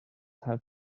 have